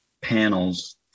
panels